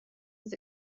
was